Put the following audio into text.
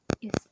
Yes